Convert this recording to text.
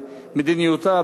במדיניותה,